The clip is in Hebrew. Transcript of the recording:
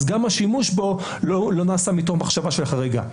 אז גם השימוש בו לא נעשה מתוך מחשבה של חריגה.